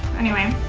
anyway,